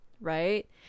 right